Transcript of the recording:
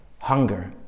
hunger